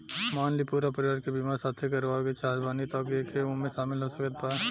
मान ली पूरा परिवार के बीमाँ साथे करवाए के चाहत बानी त के के ओमे शामिल हो सकत बा?